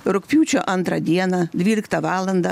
rugpjūčio antrą dieną dvyliktą valandą